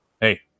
hey